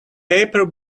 paper